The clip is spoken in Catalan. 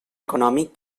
econòmic